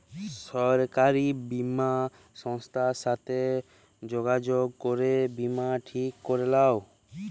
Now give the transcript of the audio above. সরকারি বীমা সংস্থার সাথে যগাযগ করে বীমা ঠিক ক্যরে লাও